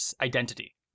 identity